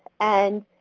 and,